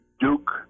Duke